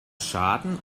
schaden